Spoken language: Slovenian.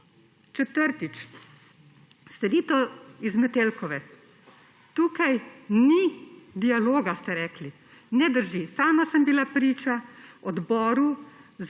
Četrtič, selitev z Metelkove. Tukaj ni dialoga, ste rekli. Ne drži. Sama sem bila priča Odboru